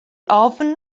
ofn